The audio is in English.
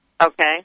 Okay